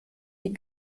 die